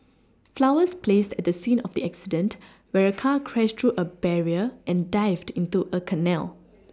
flowers placed at the scene of the accident where a car crashed through a barrier and dived into a canal